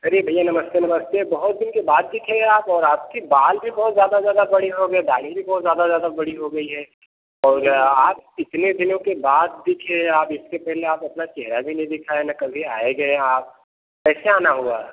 अरे भैया नमस्ते नमस्ते बहुत दिन के बाद दिखे आप और आपके बाल भी बहुत ज्यादा ज्यादा बड़े हो गए दाढ़ी भी बहुत ज्यादा ज्यादा बड़ी हो गई है और आप इतने दिनों के बाद दिखे आप इसके पहले आप अपना चहरा भी नहीं दिखाया न कभी आए गए आप कैसे आना हुआ